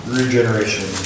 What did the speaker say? regeneration